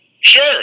Sure